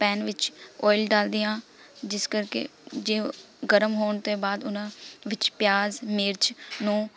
PAN ਵਿੱਚ oil ਡਾਲਦੀ ਹਾਂ ਜਿਸ ਕਰਕੇ ਜੇ ਉਹ ਗਰਮ ਹੋਣ ਤੋਂ ਬਾਅਦ ਉਹਨਾਂ ਵਿੱਚ ਪਿਆਜ਼ ਮਿਰਚ ਨੂੰ